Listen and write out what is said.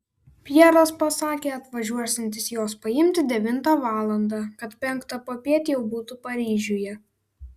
pjeras pasakė atvažiuosiantis jos paimti devintą valandą kad penktą popiet jau būtų paryžiuje